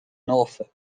norfolk